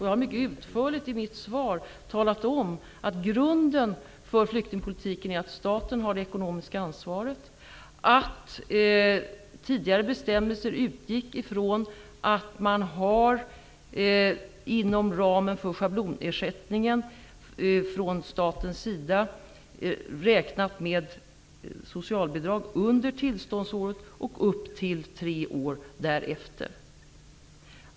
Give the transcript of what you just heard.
Jag har mycket utförligt i mitt svar talat om att grunden för flyktingpolitiken är att staten har det ekonomiska ansvaret. Tidigare bestämmelser utgick ifrån att man inom ramen för schablonersättningen från statens sida har räknat med socialbidrag under tillståndsåret och upp till tre år därefter.